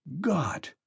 God